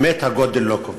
באמת הגודל לא קובע.